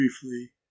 briefly